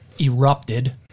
erupted